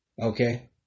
okay